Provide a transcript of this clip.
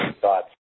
thoughts